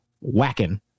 whacking